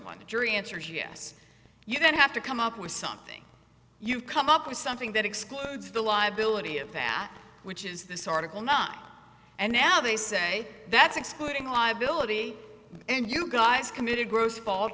when the jury answers yes you then have to come up with something you've come up with something that excludes the liability of that which is this article not and now they say that's excluding liability and you guys committed gross fault